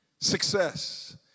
Success